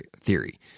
theory